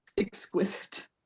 Exquisite